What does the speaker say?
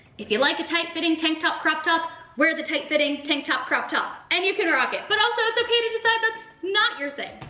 if you like a tight fitting tank top crop top, wear the tight fitting tank top crop top. and you can rock it. but also it's okay to decide that's not your thing,